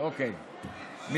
לא הבנתי.